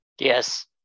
Yes